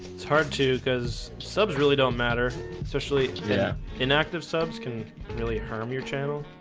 it's hard to because subs really don't matter especially yeah inactive subs can really harm your channel